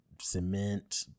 cement